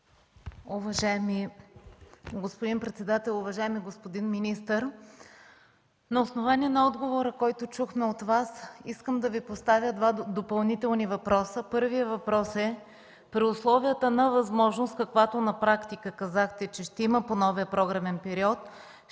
Уважаеми господин председател! Уважаеми господин министър, на основание на отговора, който чух от Вас, искам да Ви поставя два допълнителни въпроса. Първият въпрос е: при условията на възможност, каквато на практика казахте, че ще има по новия програмен период,